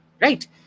right